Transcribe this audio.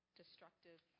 destructive